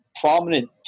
prominent